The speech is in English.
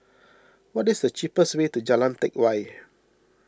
what is the cheapest way to Jalan Teck Whye